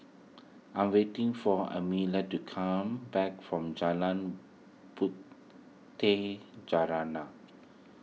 I'm waiting for Emmaline to come back from Jalan Puteh